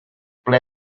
ple